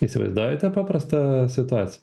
įsivaizduojate paprastą situaciją